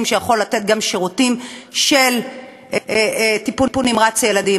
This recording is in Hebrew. שיכול לתת גם שירותים של טיפול נמרץ ילדים.